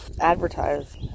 advertise